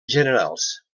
generals